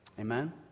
Amen